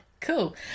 cool